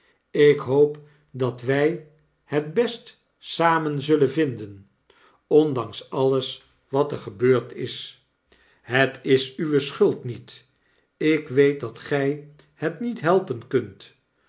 ik hoop dat wij het best samen zullen vinden ondanks alles wat er gebeurd is het is uwe schuld niet ik weet dat gij het niet helpen kunt